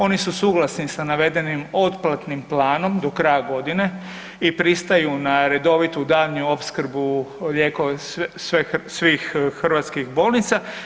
Oni su suglasni sa navedenim otplatnim planom do kraja godine i pristaju na redovitu daljnju opskrbu lijekova svih hrvatskih bolnica.